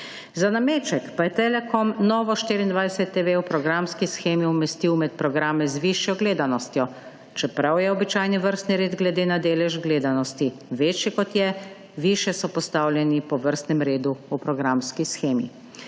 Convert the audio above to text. Za nameček pa je Telekom Novo24TV v programski shemi umestil med programe z višjo gledanostjo, čeprav je običajni vrstni red glede na delež gledanosti, večji kot je, višje so postavljeni po vrstnem redu v programski shemi.